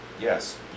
Yes